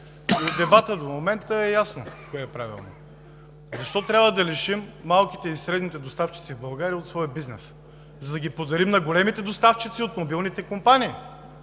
От дебата до момента е ясно кое е правилно. Защо трябва да лишим малките и средните доставчици в България от своя бизнес? За да ги подарим на големите доставчици от мобилните компании.